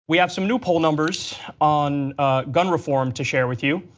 we have some new poll numbers on gun reform to share with you,